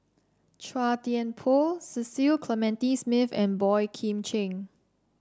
Chua Thian Poh Cecil Clementi Smith and Boey Kim Cheng